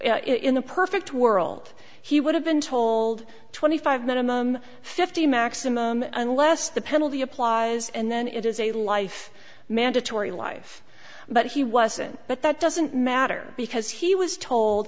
in a perfect world he would have been told twenty five minimum fifty maximum unless the penalty applies and then it is a life mandatory life but he wasn't but that doesn't matter because he was told